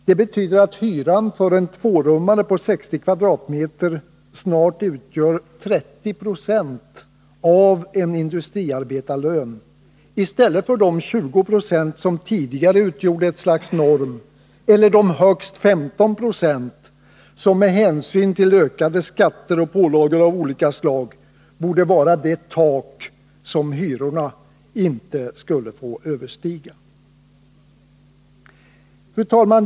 Det betyder att hyran för en tvårummare på 60 kvadratmeter snart utgör 30 20 av en industriarbetarlön i stället för de 20 90 som tidigare utgjort ett slags norm, eller de högst 15 26 som med hänsyn till ökade skatter och pålagor av olika slag borde vara det tak som hyrorna inte borde överstiga. Fru talman!